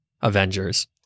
Avengers